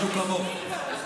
בדיוק כמוך.